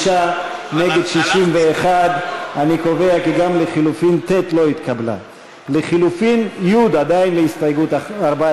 ההסתייגות (14) לחלופין ט' של קבוצת סיעת